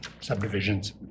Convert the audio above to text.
subdivisions